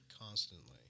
constantly